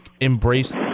embrace